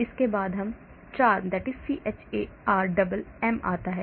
उसके बाद CHARMM आता है